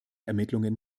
ermittlungen